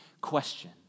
question